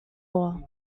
all